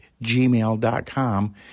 gmail.com